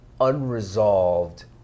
unresolved